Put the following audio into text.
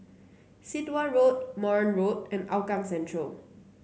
Sit Wah Road Marne Road and Hougang Central